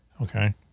Okay